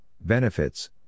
Benefits